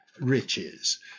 riches